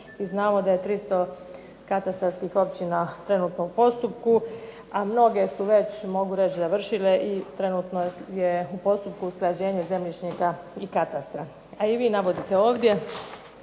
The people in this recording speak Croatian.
znamo da je 300 katastarskih općina trenutno u postupku, a mnoge su već mogu reći završile i trenutno je u postupku usklađenje zemljišnika i katastra. A i vi navodite ovdje